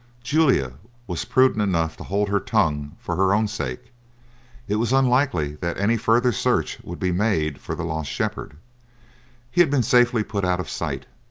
julia was prudent enough to hold her tongue for her own sake it was unlikely that any further search would be made for the lost shepherd he had been safely put out of sight,